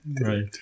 Right